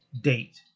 date